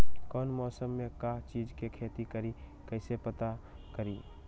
कौन मौसम में का चीज़ के खेती करी कईसे पता करी?